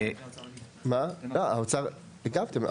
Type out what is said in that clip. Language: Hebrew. חובת הדיווח כגוף?